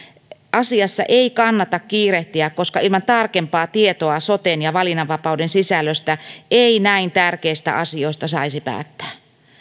asiassa ei kannata kiirehtiä koska ilman tarkempaa tietoa soten ja valinnanvapauden sisällöstä ei näin tärkeistä asioista saisi päättää